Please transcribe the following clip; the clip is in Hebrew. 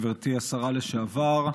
גברתי השרה לשעבר,